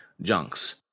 junks